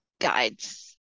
guides